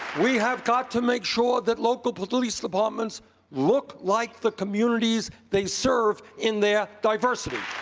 we have got to make sure that local police departments look like the communities they serve in their diversity.